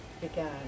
began